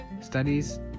Studies